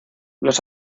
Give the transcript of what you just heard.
los